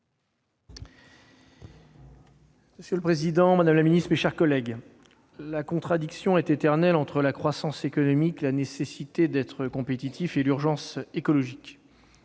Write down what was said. Monsieur le président, madame la secrétaire d'État, mes chers collègues, la contradiction est éternelle entre la croissance économique, la nécessité d'être compétitifs et l'urgence écologique.